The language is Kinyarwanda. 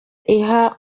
iha